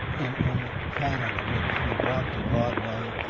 in in canada, which we brought to broadway.